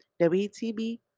WTB